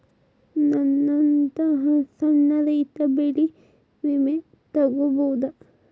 ನನ್ನಂತಾ ಸಣ್ಣ ರೈತ ಬೆಳಿ ವಿಮೆ ತೊಗೊಬೋದ?